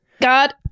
God